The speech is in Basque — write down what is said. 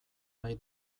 nahi